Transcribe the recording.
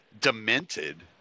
demented